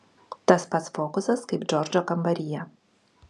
tas pats fokusas kaip džordžo kambaryje